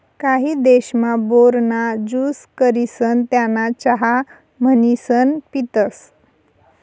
काही देशमा, बोर ना ज्यूस करिसन त्याना चहा म्हणीसन पितसं